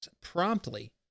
promptly